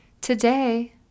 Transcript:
Today